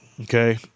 Okay